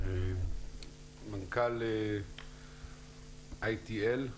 מנכ"ל ITL,